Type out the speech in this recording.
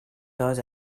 dod